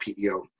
PEO